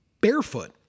barefoot